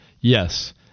Yes